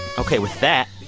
ok. with that,